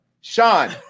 Sean